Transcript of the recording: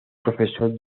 profesor